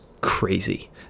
crazy